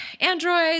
Android